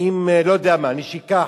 האם, אני לא יודע מה, נשיקה?